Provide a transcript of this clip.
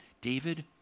David